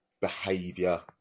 behavior